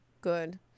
good